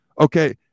Okay